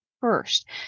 first